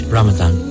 Ramadan